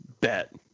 bet